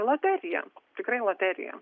loterija tikrai loterija